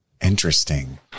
interesting